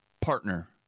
partner